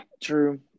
True